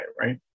right